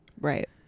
Right